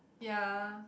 ya